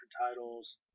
titles